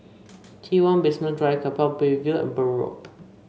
T one Basement Drive Keppel Bay View and Burn Road